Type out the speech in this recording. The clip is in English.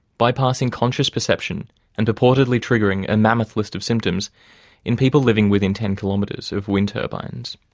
bypassing conscious perception and purportedly triggering a mammoth list of symptoms in people living within ten kilometres of wind turbines.